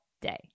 day